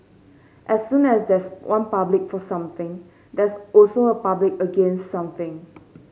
as soon as there's one public for something there's also a public against something